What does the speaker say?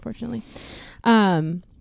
Unfortunately